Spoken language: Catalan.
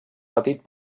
petit